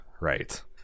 right